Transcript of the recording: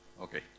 okay